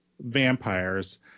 vampires